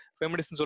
feminist